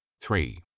Three